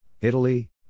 Italy